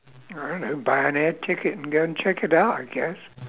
I don't know buy an air ticket and go and check it out I guess